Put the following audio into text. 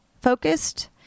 focused